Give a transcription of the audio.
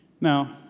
Now